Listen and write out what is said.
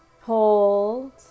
Hold